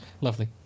lovely